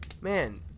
man